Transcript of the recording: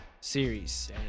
series